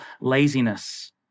laziness